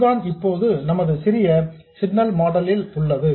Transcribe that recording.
இதுதான் இப்போது நமது சிறிய சிக்னல் மாடல் ல் உள்ளது